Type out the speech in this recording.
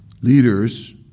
Leaders